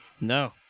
No